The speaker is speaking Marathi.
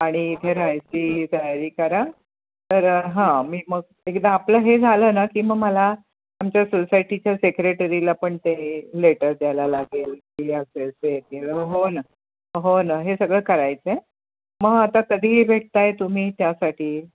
आणि इथे राहायची तयारी करा तर हां मी मग एकदा आपलं हे झालं ना की मग मला आमच्या सोसायटीच्या सेक्रेटरीला पण ते लेटर द्यायला लागेल की असे असे येतील हो न हो न हे सगळं करायचं आहे मग आता कधीही भेटताय तुम्ही त्यासाठी